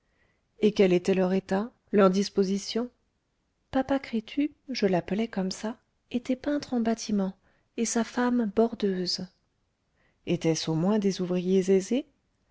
et quel était leur état leur position papa crétu je l'appelais comme ça était peintre en bâtiment et sa femme bordeuse étaient-ce au moins des ouvriers aisés